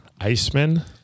Iceman